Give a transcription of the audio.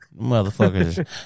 Motherfuckers